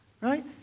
Right